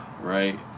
Right